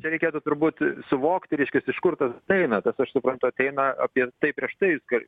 čia reikėtų turbūt suvokti reiškias iš kur tas eina tas aš suprantu ateina apie tai prieš tai kai